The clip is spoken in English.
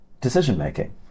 decision-making